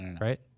right